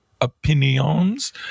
opinions